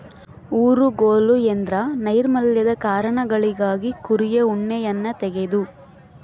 ಊರುಗೋಲು ಎಂದ್ರ ನೈರ್ಮಲ್ಯದ ಕಾರಣಗಳಿಗಾಗಿ ಕುರಿಯ ಉಣ್ಣೆಯನ್ನ ತೆಗೆದು